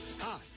Hi